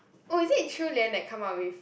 oh is it Qiu-Lian that come up with